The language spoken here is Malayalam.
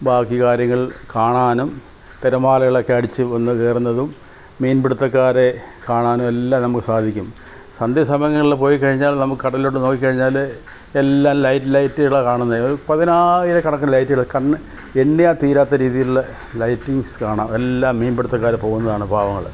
ബാക്കി കാര്യങ്ങൾ കാണാനും തിരമാലകൾ ഒക്കെ അടിച്ച് വന്നു കയറുന്നതും മീൻ പിടുത്തക്കാരെ കാണാനും എല്ലാം നമുക്ക് സാധിക്കും സന്ധ്യസമയങ്ങളിൽ പോയിക്കഴിഞ്ഞാൽ നമുക്ക് കടലിലോട്ട് നോക്കിക്കഴിഞ്ഞാൽ എല്ലാം ലൈറ്റ് ലൈറ്റുകളാണ് കാണുന്നത് പതിനായിരക്കണക്കിന് ലൈറ്റുകൾ കണ്ണ് എണ്ണിയാൽ തീരാത്ത രീതിയിലുള്ള ലൈറ്റിങ്ങ്സ് കാണാം എല്ലാം മീൻപിടുത്തക്കാർ പോകുന്നതാണ് പാവങ്ങൾ